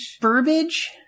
Burbage